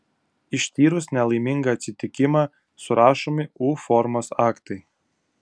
ištyrus nelaimingą atsitikimą surašomi u formos aktai